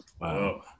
Wow